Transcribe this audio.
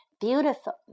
Beautiful